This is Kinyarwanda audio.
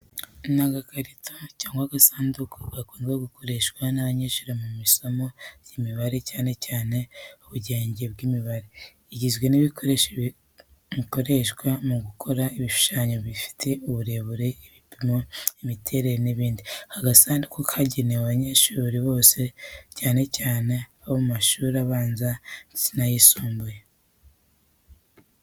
Ni agakarito cyangwa agasanduku gakunze gukoreshwa n’abanyeshuri mu masomo y’imibare cyane cyane ubugenge bw’imibare. Igizwe n’ibikoresho bikoreshwa mu gukora ibishushanyo bifite uburebure, ibipimo, imiterere n’ibindi. Aka gasanduku kagenewe abanyeshuri bose cyane cyane abo mu mashuri abanza ndetse n'ayisumbuye.